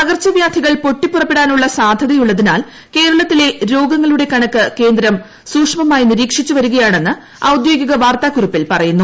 പകർച്ച വ്യാധികൾ പൊട്ടി പുറപ്പെടാനുള്ള സാധൃതയുള്ളതിനാൽ കേരളത്തിലെ രോഗങ്ങളുടെ കണക്ക് കേന്ദ്രൂ സൂക്ഷമായി നിരീക്ഷിച്ചു വരികയാണെന്ന് ഔദ്യോഗിക് വാർത്താ കുറിപ്പിൽ പറയുന്നു